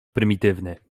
prymitywny